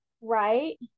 Right